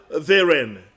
therein